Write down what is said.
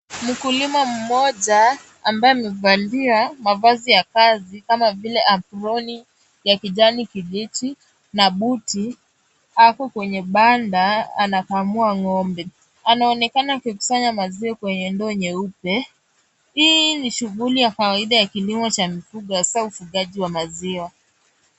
Mkulima mmoja ambaye amevalia mavazi ya kazi kama vile aproni la kijani kibichi ako kwenye banda anakamua ng'ombe. Anaonekana kukusanya maziwa kwenye ndoo nyeupe. Hii ni shughuli ya kawaida ya kilimo cha mifugo haswa ufugaji wa maziwa.